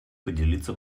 поделиться